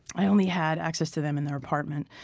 i only had access to them in their apartment.